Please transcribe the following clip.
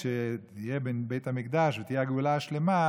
כשיהיה בית המקדש ותהיה הגאולה השלמה,